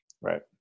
Right